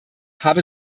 habe